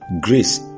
grace